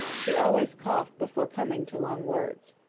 she always coughed before coming to long words.